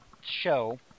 show